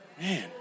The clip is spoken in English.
man